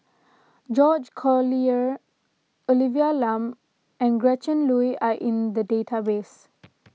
George Collyer Olivia Lum and Gretchen Liu are in the database